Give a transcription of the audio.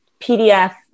pdf